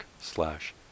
slash